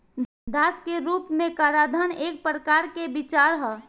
दास के रूप में कराधान एक प्रकार के विचार ह